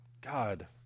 God